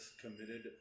committed